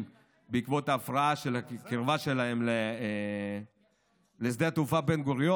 בעקבות הקרבה שלהן לשדה התעופה בן-גוריון.